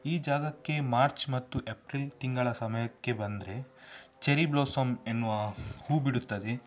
ಈ ಜಾಗಕ್ಕೆ ಮಾರ್ಚ್ ಮತ್ತು ಎಪ್ರಿಲ್ ತಿಂಗಳ ಸಮಯಕ್ಕೆ ಬಂದರೆ ಚೆರಿ ಬ್ಲೋಸಮ್ ಎನ್ನುವ ಹೂವು ಬಿಡುತ್ತದೆ